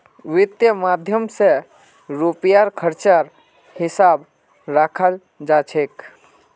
वित्त माध्यम स रुपयार खर्चेर हिसाब रखाल जा छेक